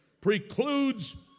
precludes